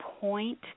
point